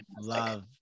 love